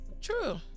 True